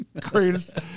greatest